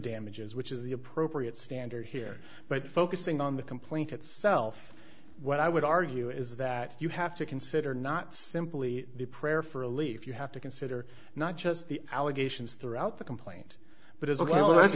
damages which is the appropriate standard here but focusing on the complaint itself what i would argue is that you have to consider not simply the prayer for a leaf you have to consider not just the allegations throughout the complaint but